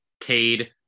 Cade